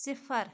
صِفر